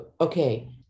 Okay